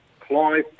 Clive